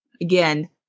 again